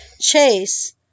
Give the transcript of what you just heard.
Chase